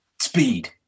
Speed